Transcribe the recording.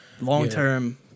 long-term